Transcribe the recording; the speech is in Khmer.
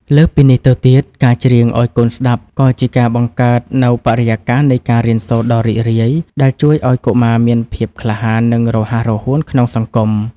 លើសពីនេះទៅទៀត ការច្រៀងឱ្យកូនស្តាប់ក៏ជាការបង្កើតនូវបរិយាកាសនៃការរៀនសូត្រដ៏រីករាយ ដែលជួយឱ្យកុមារមានភាពក្លាហាន និងរហ័សរហួនក្នុងសង្គម។